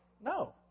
no